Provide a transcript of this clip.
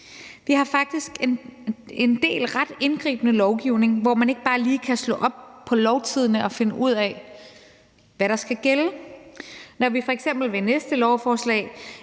Vi har faktisk en del ret indgribende lovgivning, hvor man ikke bare lige kan slå op i Lovtidende og finde ud af, hvad der skal gælde. Når vi f.eks. ved næste lovforslag